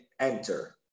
enter